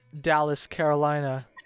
Dallas-Carolina